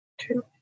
two